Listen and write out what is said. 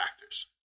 factors